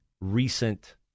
recent